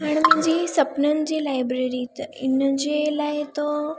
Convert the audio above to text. हाणे मुंहिंजी सभिनीनि जी लाइब्रेरी त इन जे लाइ त